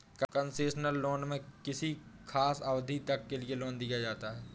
concessional loan में किसी खास अवधि तक के लिए लोन दिया जाता है